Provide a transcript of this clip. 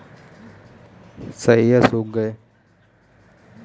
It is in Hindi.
तेज धूप के कारण, रवि के बगान में लगे फूल सुख गए